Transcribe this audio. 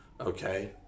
Okay